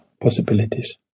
possibilities